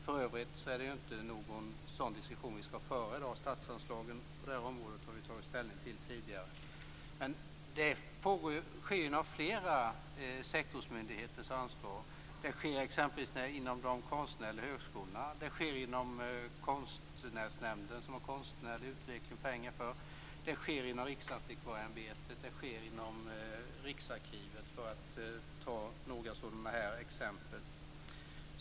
För övrigt är det inte någon sådan diskussion vi skall föra i dag. Statsanslagen på det här området har vi tagit ställning till tidigare. Detta sker inom flera sektorsmyndigheters ansvar. Det sker t.ex. inom de konstnärliga högskolorna, inom Konstnärsnämnden som har pengar för konstnärlig utveckling, inom Riksantikvarieämbetet och inom Riksarkivet, för att ta några exempel.